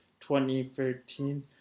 2013